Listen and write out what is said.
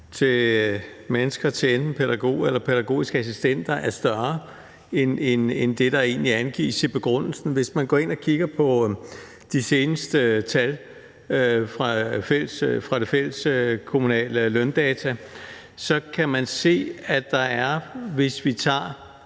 mennesker til enten pædagog eller pædagogisk assistent er større end det, der egentlig angives i begrundelsen. Hvis vi kigger på de seneste tal fra det fælleskommunale løn- og datakontor, kan man se, at der, hvis vi tager